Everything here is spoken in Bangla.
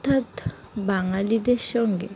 অর্থাৎ বাঙালিদের সঙ্গে